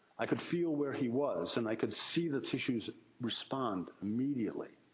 i could feel where he was. and, i could see the tissue respond immediately,